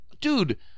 dude